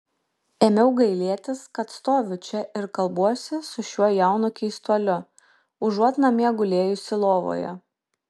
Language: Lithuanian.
ėmiau gailėtis kad stoviu čia ir kalbuosi su šiuo jaunu keistuoliu užuot namie gulėjusi lovoje